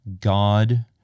God